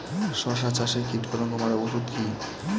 শসা চাষে কীটপতঙ্গ মারার ওষুধ কি?